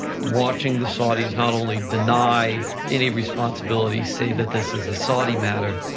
watching the saudis not only deny any responsibility, say that this is a saudi matter,